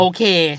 Okay